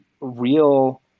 real